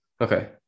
Okay